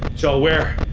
so where.